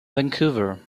vancouver